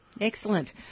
Excellent